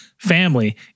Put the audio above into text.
Family